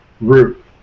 root